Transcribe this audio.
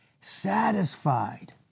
Satisfied